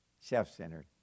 self-centered